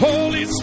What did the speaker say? Holy